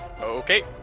Okay